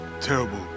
Terrible